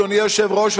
אדוני היושב-ראש,